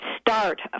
start